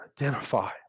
identify